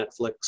Netflix